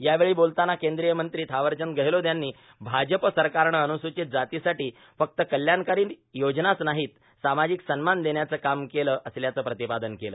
यावेळी बोलताना कद्गीय मंत्री थावरचंद गेहलोत यांनी भाजप सरकारनं अनुर्स्राचत जातींसाठी फक्त कल्याणकारी योजनाच नाहोत सामाजिक सन्मान देण्याचं काम केलं असल्याचं प्र्रातपादन केलं